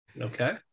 Okay